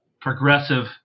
progressive